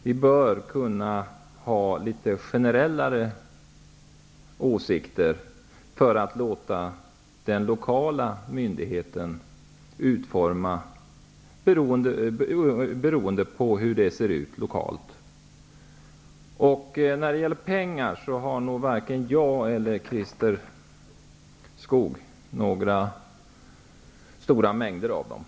Vi bör kunna ha litet generellare åsikter och låta den lokala myndigheten sköta utformningen, beroende på hur det ser ut lokalt. Sedan kan jag nog säga att varken jag eller Christer Skoog har några stora mängder pengar.